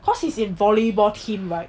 cause he is in volleyball team right